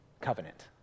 Covenant